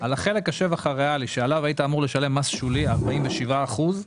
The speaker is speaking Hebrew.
שעל חלק השבח הריאלי שעליו היית אמור לשלם מס שולי 47 אחוזים,